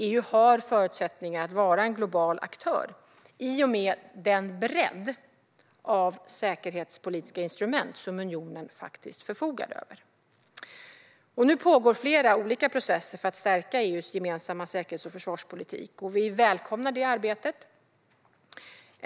EU har förutsättningar att vara en global aktör i och med den bredd av säkerhetspolitiska instrument som unionen faktiskt förfogar över. Nu pågår flera olika processer för att stärka EU:s gemensamma säkerhets och försvarspolitik. Vi välkomnar arbetet med det.